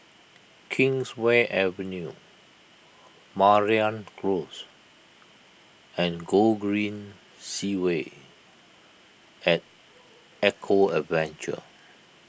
Kingswear Avenue Mariam Close and Gogreen Segway at Eco Adventure